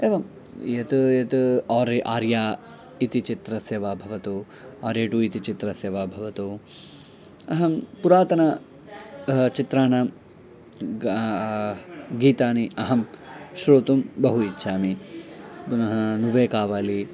एवं यत् यत् आर् आर्या इति चित्रस्य वा भवतु आर्या टु इति चित्रस्य वा भवतु अहं पुरातन चित्राणां गाह् गीतानि अहं श्रोतुं बहु इच्छामि पुनः नुव्वे कावालि